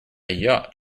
yacht